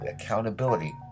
accountability